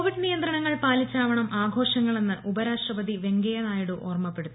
Covid നിയന്ത്രണങ്ങൾ പാലിച്ചാവണം ആഘോഷങ്ങളെന്ന് ഉപരാഷ്ട്രപതി വെങ്കയ്യ നായിഡു ഓർമപ്പെടുത്തി